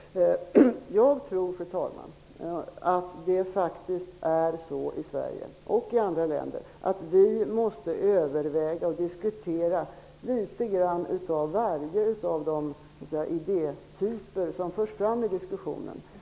Jag tror, fru talman, att det faktiskt är så i Sverige och i andra länder att vi måste överväga och diskutera litet av varje av alla de idétyper som förs fram i diskussionen.